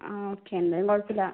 ആ ഓക്കെ എന്തായാലും കുഴപ്പം ഇല്ല